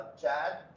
Chad